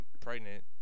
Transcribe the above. pregnant